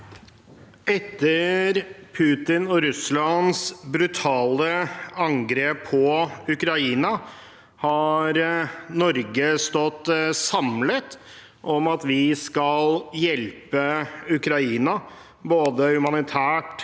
Etter Putins og Russlands brutale angrep på Ukraina har Norge stått samlet om at vi skal hjelpe Ukraina både humanitært,